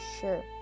sure